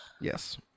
yes